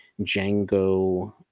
Django